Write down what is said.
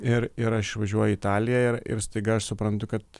ir ir aš išvažiuoju į italiją ir ir staiga aš suprantu kad